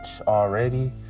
already